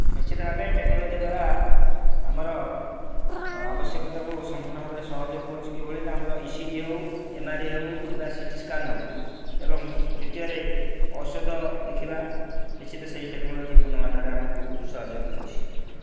ନିଶ୍ଚିତ ଭାବେ ଟେକ୍ନୋଲୋଜି ଦ୍ୱାରା ଆମର ଆବଶ୍ୟକତାକୁ ସମ୍ପୂର୍ଣ୍ଣ ଭାବରେ ସହଯୋଗ କରୁଛି କିଭଳିନା ଆମର ଇ ସି ଜି ହଉ ଏମ୍ ଆର୍ ଆଇ ହଉ କିମ୍ବା ସି ଟି ସ୍କାନ୍ ହଉ ଏବଂ ଦ୍ୱିତୀୟରେ ଔଷଧ ଦେଖିବା ନିଶ୍ଚିତ ସେଇ ଟେକ୍ନୋଲୋଜି ପୂର୍ଣ୍ଣ ମାତ୍ରାରେ ଆମକୁ ସହଯୋଗ କରୁଛି